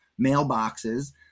mailboxes